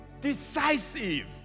decisive